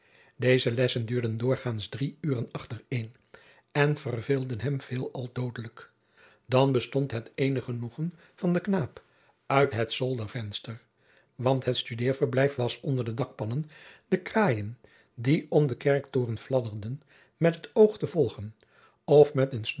deze lessen duurden doorgaands drie uren achtereen en verveelden hem veelal doodelijk dan bestond het eenig genoegen van den knaap uit het zoldervenster want het studeerverblijf was onder de dakpannen de kraaien die om den kerktoren fladderden met het oog te volgen of met een